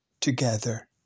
together